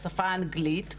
השפה האנגלית,